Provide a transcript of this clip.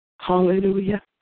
Hallelujah